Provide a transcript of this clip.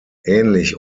ähnlich